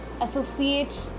associate